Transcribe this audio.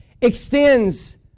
extends